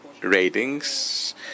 ratings